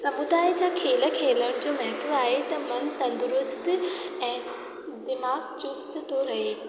समुदाय जा खेल खेलण जो महत्व आहे त मनु तंदुरुस्तु ऐं दिमाग़ु चुस्तु थो रहे